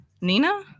Nina